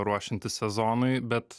ruošiantis sezonui bet